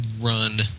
run